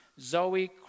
Zoe